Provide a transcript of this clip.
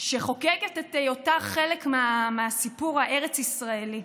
שחוגגת את היותה חלק מהסיפור הארץ-ישראלי.